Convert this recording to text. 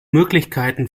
möglichkeiten